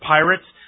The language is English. Pirates